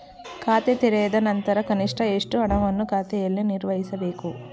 ಖಾತೆ ತೆರೆದ ನಂತರ ಕನಿಷ್ಠ ಎಷ್ಟು ಹಣವನ್ನು ಖಾತೆಯಲ್ಲಿ ನಿರ್ವಹಿಸಬೇಕು?